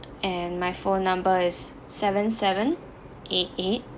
and my phone number is seven seven eight eight